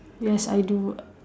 yes I do